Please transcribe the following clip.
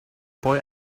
boy